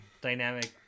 dynamic